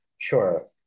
sure